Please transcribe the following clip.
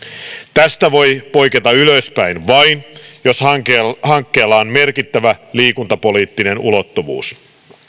tästä voi poiketa ylöspäin vain jos hankkeella hankkeella on merkittävä liikuntapoliittinen ulottuvuus